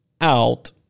out